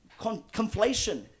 conflation